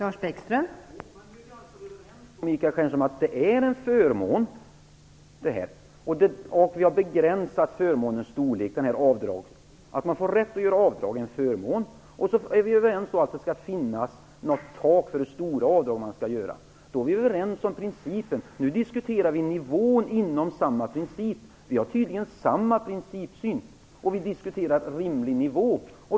Fru talman! Nu är vi alltså överens om att detta är en förmån, Michael Stjernström. Vi har begränsat förmånens storlek. Att man har rätt att göra avdrag är en förmån. Vi är överens om att det skall finnas ett tak för hur stora avdrag man skall få göra. Då är vi överens om principen. Nu diskuterar vi nivån inom samma princip. Vi har tydligen samma principsyn. Vi diskuterar en rimlig nivå.